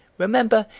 remember,